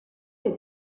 est